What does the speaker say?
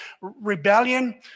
rebellion